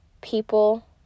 people